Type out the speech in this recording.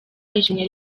ishimwe